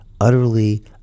utterly